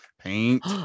Paint